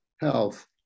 health